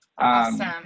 Awesome